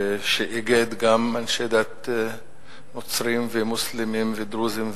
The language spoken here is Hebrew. שאיגד אנשי דת נוצרים ומוסלמים ודרוזים,